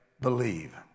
believe